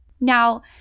Now